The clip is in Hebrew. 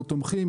אנחנו תומכים.